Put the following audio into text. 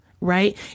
right